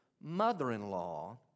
mother-in-law